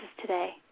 today